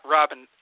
Robin